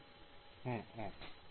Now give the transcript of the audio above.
Student 1 হ্যা 1